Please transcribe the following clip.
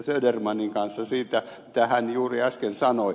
södermanin kanssa siitä mitä hän juuri äsken sanoi